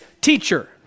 teacher